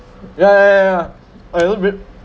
yeah I agreed